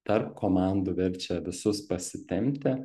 tarp komandų verčia visus pasitempti